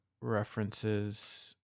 references